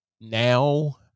now